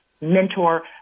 mentor